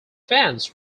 fans